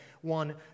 one